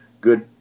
good